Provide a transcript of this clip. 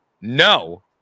no